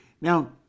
Now